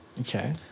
Okay